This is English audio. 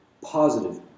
Positive